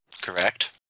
correct